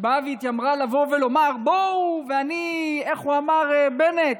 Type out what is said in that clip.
שהתיימרה לבוא ולומר, איך אמר בנט?